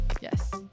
Yes